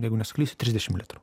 jeigu nesuklysiu trisdešim litrų